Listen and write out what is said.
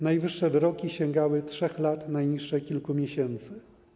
Najwyższe wyroki sięgały 3 lat, najniższe kilku miesięcy.